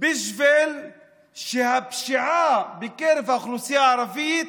בשביל שהפשיעה בקרב האוכלוסייה הערבית